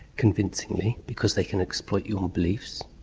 convincingly because they can exploit your beliefs.